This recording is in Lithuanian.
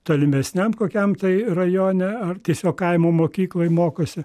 tolimesniam kokiam tai rajone ar tiesiog kaimo mokykloj mokosi